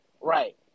Right